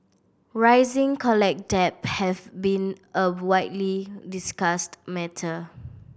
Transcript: rising college debt has been a widely discussed matter